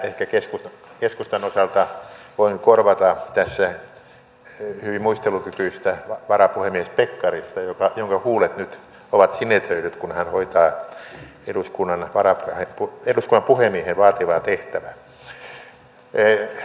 ehkä keskustan osalta voin korvata tässä hyvin muistelukykyistä varapuhemies pekkarista jonka huulet nyt ovat sinetöidyt kun hän hoitaa eduskunnan puhemiehen vaativaa tehtävää